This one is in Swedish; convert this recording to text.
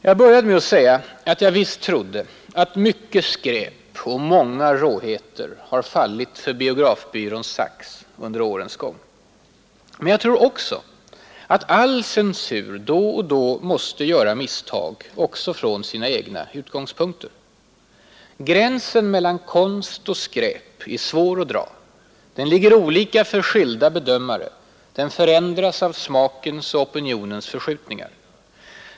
Jag började med att säga att jag visst trodde att mycket skräp och många råheter har fallit för biografbyråns sax under årens gång. Men jag tror också att all censur då och då måste göra misstag också från sina egna utgångspunkter. Gränsen mellan konst och skräp är svår att dra; den ligger olika för skilda bedömare, den förändras av smakens och opinionens förskjutningar.